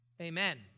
Amen